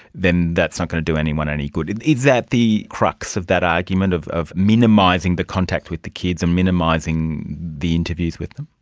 then that's not going to do anyone any good. is that the crux of that argument, of of minimising the contact with the kids and minimising the interviews with them?